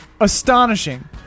Astonishing